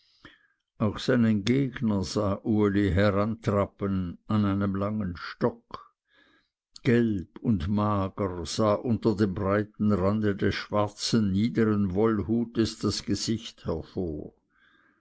auch seinen gegner sah uli herantrappen an einem langen stock gelb und mager sah unter dem breiten rande des schwarzen niedern wollhutes das gesicht hervor